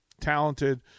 Talented